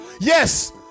yes